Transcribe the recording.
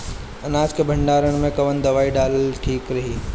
अनाज के भंडारन मैं कवन दवाई डालल ठीक रही?